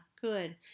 good